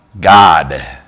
God